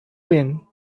wind